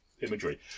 imagery